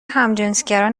همجنسگرا